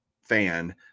fan